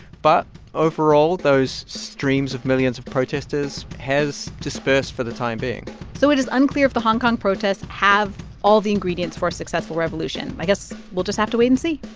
but overall, those streams of millions of protesters has dispersed for the time being so it is unclear if the hong kong protests have all the ingredients for a successful revolution. i guess we'll just have to wait and see